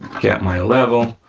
get my level,